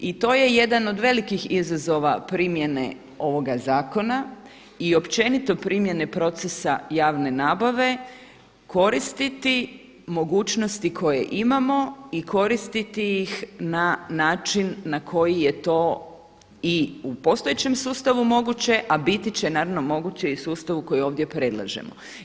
I to je jedan od velikih izazova primjene ovoga zakona i općenito primjene procesa javne nabave koristiti mogućnosti koje imamo i koristiti ih na način na koji je to i u postojećem sustavu moguće a biti će naravno moguće i u sustavu koji ovdje predlažemo.